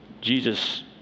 Jesus